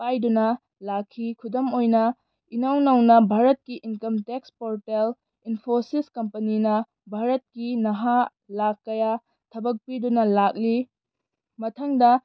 ꯄꯥꯏꯗꯨꯅ ꯂꯥꯛꯈꯤ ꯈꯨꯗꯝ ꯑꯣꯏꯅ ꯏꯅꯧ ꯅꯧꯅ ꯚꯥꯔꯠꯀꯤ ꯏꯟꯀꯝ ꯇꯦꯛꯁ ꯄꯣꯔꯇꯦꯜ ꯏꯟꯐꯣꯁꯤꯁ ꯀꯝꯄꯅꯤꯅ ꯚꯥꯔꯠꯀꯤ ꯅꯍꯥ ꯂꯥꯈ ꯀꯌꯥ ꯊꯕꯛ ꯄꯤꯗꯨꯅ ꯂꯥꯛꯂꯤ ꯃꯊꯪꯗ